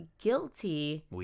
guilty